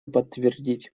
подтвердить